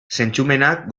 zentzumenak